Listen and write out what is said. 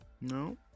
No